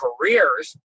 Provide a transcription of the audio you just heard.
careers